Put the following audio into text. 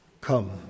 Come